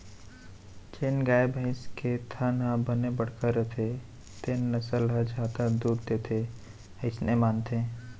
जेन गाय, भईंस के थन ह बने बड़का रथे तेन नसल ह जादा दूद देथे अइसे मानथें